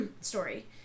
story